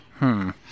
-hmm